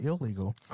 illegal